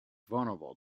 vulnerable